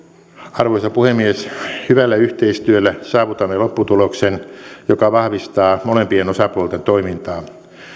arvoisa puhemies hyvällä yhteistyöllä saavutamme lopputuloksen joka vahvistaa molempien osapuolten toimintaa